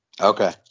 Okay